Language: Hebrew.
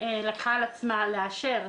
לקחה על עצמה לאשר.